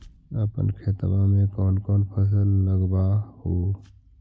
अपन खेतबा मे कौन कौन फसल लगबा हू?